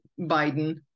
Biden